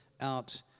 out